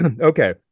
okay